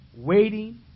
waiting